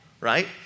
right